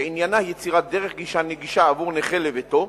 שעניינה יצירת דרך גישה נגישה עבור נכה לביתו,